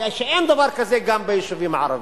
וגם דבר כזה אין ביישובים הערביים.